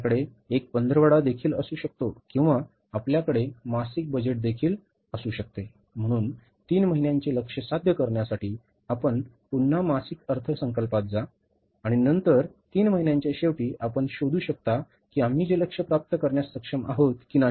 आपल्याकडे एक पंधरवडा देखील असू शकतो किंवा आपल्याकडे मासिक बजेटदेखील असू शकते म्हणून तीन महिन्यांचे लक्ष्य साध्य करण्यासाठी आपण पुन्हा मासिक अर्थसंकल्पात जा आणि नंतर तीन महिन्यांच्या शेवटी आपण शोधू शकता की आम्ही ते लक्ष्य प्राप्त करण्यास सक्षम आहोत की नाही